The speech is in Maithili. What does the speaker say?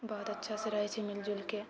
बहुत अच्छासँ रहै छै मिलिजुलि कऽ